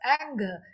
anger